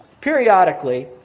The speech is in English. periodically